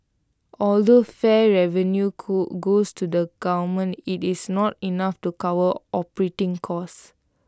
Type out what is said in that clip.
although fare revenue go goes to the government IT is not enough to cover operating costs